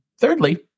thirdly